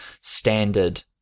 standard